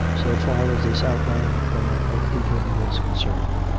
so far as this outlying corner of england was concerned.